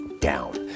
down